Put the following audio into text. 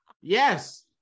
Yes